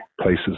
places